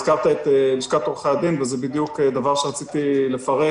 הזכרת את לשכת עורכי הדין וזה בדיוק דבר שרציתי לפרט.